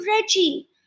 Reggie